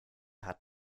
hat